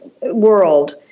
world